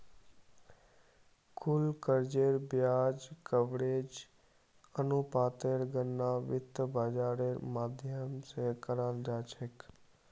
कुल कर्जेर ब्याज कवरेज अनुपातेर गणना वित्त बाजारेर माध्यम से कराल जा छे